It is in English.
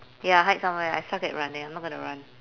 ya hide somewhere I suck at running I'm not gonna run